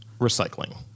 Recycling